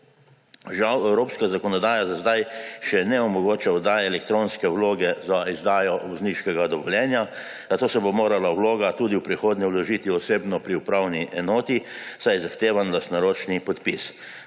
Žal evropska zakonodaja za zdaj še ne omogoča oddaje elektronske vloge za izdajo vozniškega dovoljenja, zato se bo morala vloga tudi v prihodnje vložiti osebno pri upravni enoti, saj je zahtevan lastnoročni podpis.